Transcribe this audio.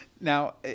Now